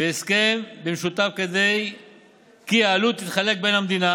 והוסכם במשותף כי העלות תתחלק בין המדינה